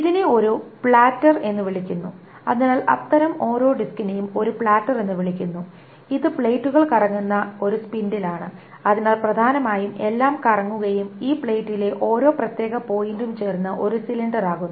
ഇതിനെ ഒരു പ്ലാറ്റർ എന്ന് വിളിക്കുന്നു അതിനാൽ അത്തരം ഓരോ ഡിസ്കിനെയും ഒരു പ്ലാറ്റർ എന്ന് വിളിക്കുന്നു ഇത് പ്ലേറ്ററുകൾ കറങ്ങുന്ന ഒരു സ്പിൻഡിലാണ് അതിനാൽ പ്രധാനമായും എല്ലാം കറങ്ങുകയും ഈ പ്ലേറ്റിലെ ഓരോ പ്രത്യേക പോയിന്റും ചേർന്ന് ഒരു സിലിണ്ടർ ആകുന്നു